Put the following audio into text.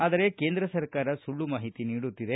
ಆದರೆ ಕೇಂದ್ರ ಸರ್ಕಾರ ಸುಳ್ಳು ಮಾಹಿತಿ ನೀಡುತ್ತಿದೆ